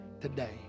today